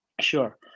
Sure